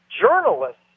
journalists